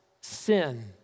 sin